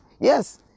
yes